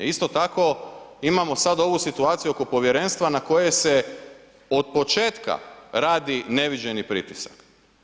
Isto tako imamo sad ovu situaciju oko povjerenstva na koje se od početka radi neviđeni pritisak.